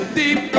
deep